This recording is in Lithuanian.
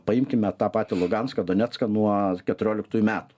paimkime tą patį luganską donecką nuo keturioliktųjų metų